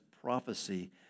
prophecy